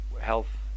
health